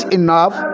enough